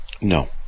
No